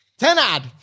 Tenad